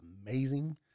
amazing